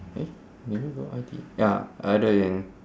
eh do they go I_T_E ya either in